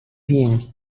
bien